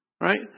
Right